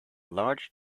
large